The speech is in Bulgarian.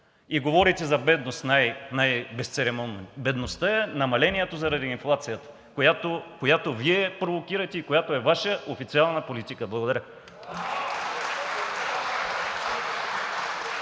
И говорите за бедност най-безцеремонно! Бедността е намалението заради инфлацията, която Вие провокирате и която е Вашата официална политика. Благодаря.